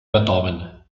beethoven